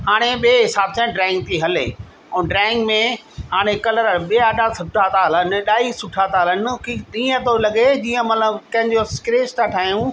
हाणे ॿिए हिसाब सां ड्राईंग थी हले ऐं ड्राईंग में हाणे कलर बि ॾाढा सुठा था हलनि एॾा सुठा था हलनि की ईअं थो लॻे जीअं मतिलबु कंहिंजो स्क्रेच था ठाहियूं